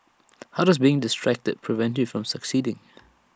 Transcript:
how does being distracted prevent you from succeeding